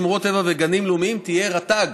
שמורות טבע וגנים לאומיים תהיה רט"ג,